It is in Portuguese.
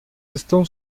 estão